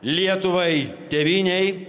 lietuvai tėvynei